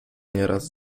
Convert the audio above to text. nieraz